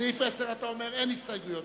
סעיף 10, אתה אומר שאין הסתייגויות.